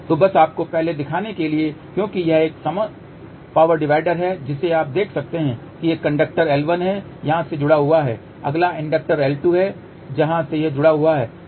तो बस आपको पहले दिखाने के लिए क्योंकि यह एक समान पावर डिवाइडर है जिसे आप देख सकते हैं कि एक इंडक्टर L1 यहां से यहां जुड़ा है अगला इंडक्टर L2 यहां से यहां जुड़ा है